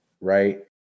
right